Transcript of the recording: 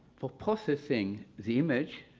for processing the image,